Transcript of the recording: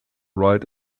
right